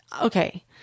okay